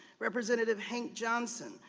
representative hank johnson.